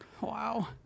Wow